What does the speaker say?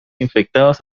infectados